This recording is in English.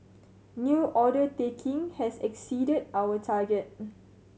new order taking has exceeded our target